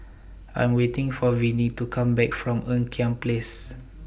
I Am waiting For Venie to Come Back from Ean Kiam Place